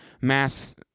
mass